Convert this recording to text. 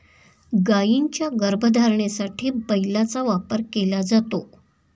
गायींच्या गर्भधारणेसाठी बैलाचा वापर केला जातो